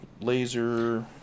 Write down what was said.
laser